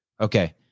Okay